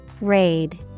Raid